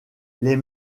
les